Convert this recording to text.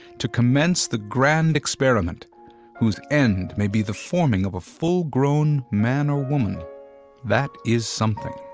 to commence the grand experiment whose end may be the forming of a full-grown man or woman that is something.